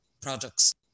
products